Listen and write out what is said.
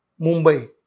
Mumbai